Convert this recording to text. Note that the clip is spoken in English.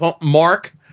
mark